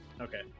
Okay